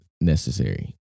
necessary